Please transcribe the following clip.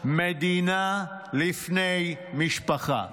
מדינה לפני משפחה.